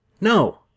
No